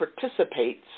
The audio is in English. participates